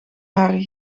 haren